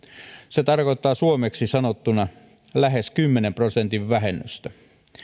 se tarkoittaa suomeksi sanottuna lähes kymmenen prosentin vähennystä